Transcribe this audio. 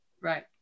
Right